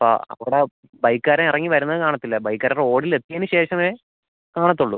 ഇപ്പം അവിടെ ബൈക്കുകാരൻ ഇറങ്ങി വരുന്നത് കാണത്തില്ല ബൈക്കുകാരൻ റോഡിൽ എത്തിയതിന് ശേഷമേ കാണത്തുള്ളൂ